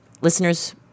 listeners